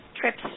trips